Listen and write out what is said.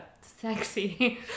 sexy